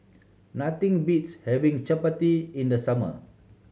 nothing beats having Chapati in the summer